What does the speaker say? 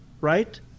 right